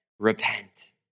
Repent